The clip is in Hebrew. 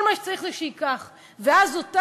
כל מה שצריך הוא שייקח,